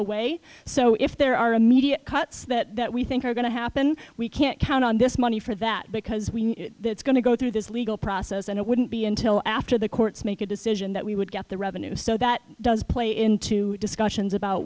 away so if there are immediate cuts that we think are going to happen we can't count on this money for that because we are going to go through this legal process and it wouldn't be until after the courts make a decision that we would get the revenue so that does play into discussions about